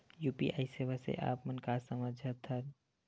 UPI सेवा से आप मन का समझ थान?